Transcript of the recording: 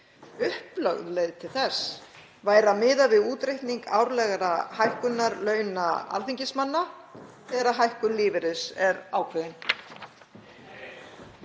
Upplögð leið til þess væri að miða við útreikning árlegrar hækkunar launa alþingismanna þegar hækkun lífeyris er ákveðin.